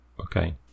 Okay